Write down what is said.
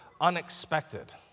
unexpected